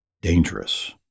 dangerous